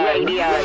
Radio